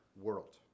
world